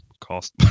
cost